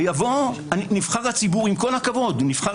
ויבוא נבחר הציבור עם כל הכבוד נבחר